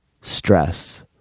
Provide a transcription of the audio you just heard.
stress